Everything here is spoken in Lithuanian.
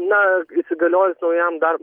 na įsigaliojus naujam dar